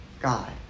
God